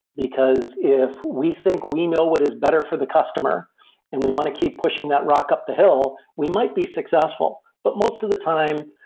because fi we think we know what is better for the customer and we want to keep pushing that rock up the hill, we might be successful. but most of the time,